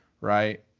right